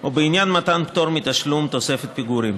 או בעניין מתן פטור מתשלום תוספת פיגורים.